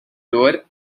lower